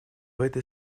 этой